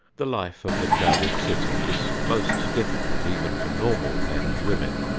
the life of the crowded city is most difficult even for normal men and women.